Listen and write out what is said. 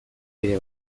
ere